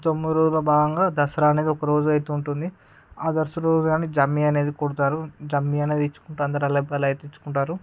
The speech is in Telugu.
ఈ తొమ్మిది రోజులు భాగంగా దసరా అనేది ఒక్కరోజు అయితే ఉంటుంది ఆ దసరా రోజు కాని జమ్మి అనేది కుడతారు జమ్మి అనేది ఇచ్చుకుంటారు అందరు అలై బలై అయితే ఇచ్చుకుంటారు